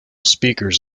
speakers